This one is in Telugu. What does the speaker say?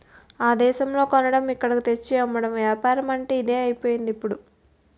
ఆ దేశంలో కొనడం ఇక్కడకు తెచ్చి అమ్మడం ఏపారమంటే ఇదే అయిపోయిందిప్పుడు